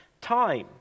time